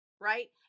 right